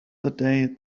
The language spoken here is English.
today